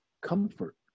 comfort